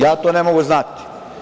Ja to ne mogu znati.